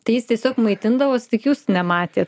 tai jis tiesiog maitindavos tik jūs nematėt